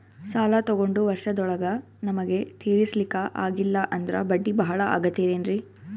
ಸಾಲ ತೊಗೊಂಡು ವರ್ಷದೋಳಗ ನಮಗೆ ತೀರಿಸ್ಲಿಕಾ ಆಗಿಲ್ಲಾ ಅಂದ್ರ ಬಡ್ಡಿ ಬಹಳಾ ಆಗತಿರೆನ್ರಿ?